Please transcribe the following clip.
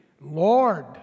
Lord